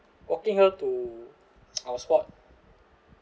walking her to our spot